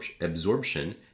absorption